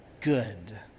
good